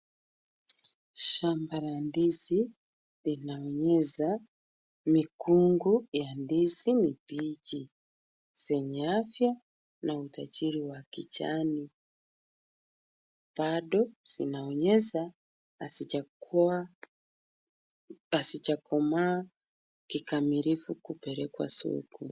Shamba la ndizi lina himiza mikungu ya ndizi mbichi zenye afya na utajiri wa kijani. Bado zinaonyesha hazijakuwa, hazijakomaa kikamilifu kupelekwa soko.